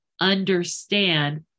understand